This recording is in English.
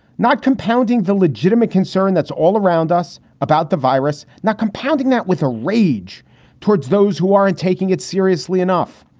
not compounding the legitimate concern that's all around us about the virus, not compounding that with a rage towards those who aren't taking it seriously enough,